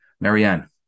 Marianne